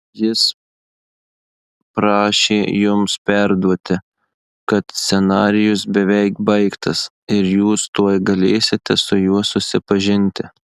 jis prašė jums perduoti kad scenarijus beveik baigtas ir jūs tuoj galėsite su juo susipažinti